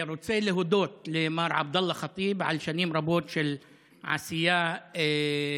אני רוצה להודות למר עבדאללה ח'טיב על שנים רבות של עשייה והשקעה.